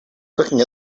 looking